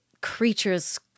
creatures